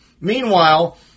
Meanwhile